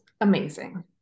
amazing